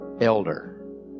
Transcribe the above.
elder